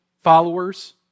followers